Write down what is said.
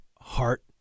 heart